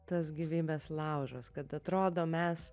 tas gyvybės laužas kad atrodo mes